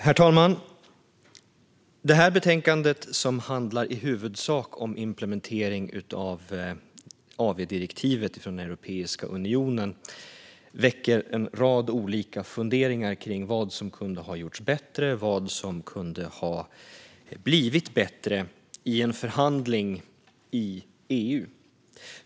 Herr talman! Det här betänkandet, som i huvudsak handlar om implementering av AV-direktivet från Europeiska unionen, väcker en rad funderingar om vad som kunde ha gjorts bättre och som kunde ha blivit bättre i en förhandling i EU.